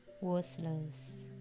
worthless